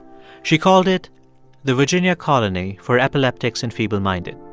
she called it the virginia colony for epileptics and feebleminded.